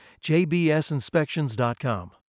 JBSinspections.com